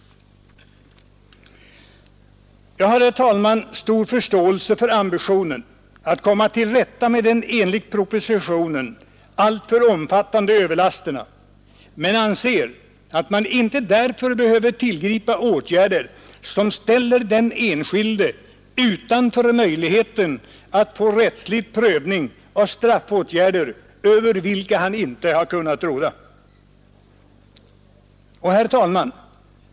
Jag har, herr talman, stor förståelse för ambitionen att komma till rätta med de enligt propositionen alltför omfattande överlasterna men enskilde utanför möjligheten att få rättslig prövning av straffåtgärder över vilka han inte kunnat råda. Herr talman!